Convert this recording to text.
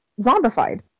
zombified